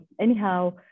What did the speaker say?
anyhow